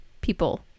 people